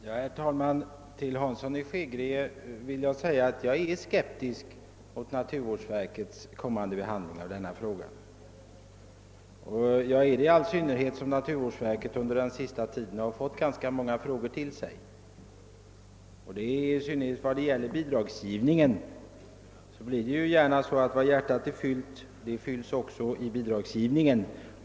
Herr talman! Till herr Hansson i Skegrie vill jag säga att jag är skeptisk mot naturvårdsverkets kommande behandling av denna fråga, detta i all synnerhet som naturvårdsverket under den senaste tiden har fått ta hand om ganska många frågor. Det blir gärna så att varav hjärtat är fullt därom vittnar bidragsgivningen.